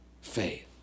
Faith